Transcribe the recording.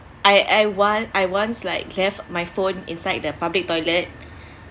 I I once I once like left my phone inside the public toilet